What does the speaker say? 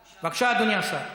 בבקשה, אדוני השר.